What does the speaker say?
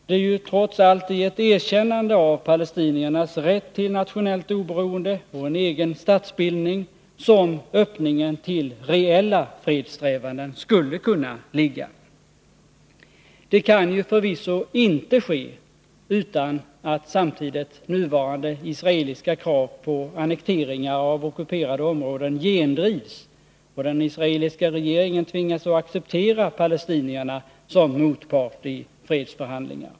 Det är ju trots allt i ett erkännande av palestiniernas rätt till nationellt oberoende och en egen statsbildning som öppningen till reella fredssträvanden skulle kunna ligga. Det kan förvisso inte ske utan att samtidigt nuvarande israeliska krav på annekteringar av ockuperade områden gendrivs och den israeliska regeringen tvingas att acceptera palestinierna som motpart i fredsförhandlingar.